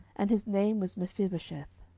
and his name was mephibosheth.